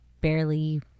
barely